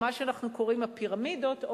או מה שאנחנו קוראים הפירמידות או